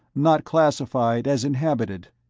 not classified as inhabited.